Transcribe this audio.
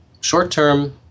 Short-term